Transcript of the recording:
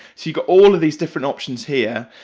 so you got all of these different options here.